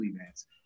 events